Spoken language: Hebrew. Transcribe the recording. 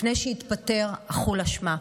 לפני שהתפטר אכול אשמה.